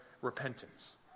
repentance